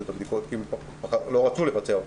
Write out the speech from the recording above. את הבדיקות כי הם לא רצו לבצע אותן.